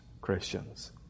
Christians